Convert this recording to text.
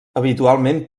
habitualment